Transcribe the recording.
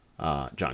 John